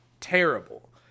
terrible